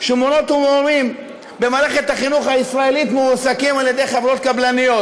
שמורות ומורים במערכת החינוך הישראלית מועסקים על-ידי חברות קבלניות,